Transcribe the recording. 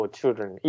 children